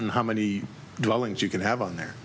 and how many dwellings you can have on there